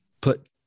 put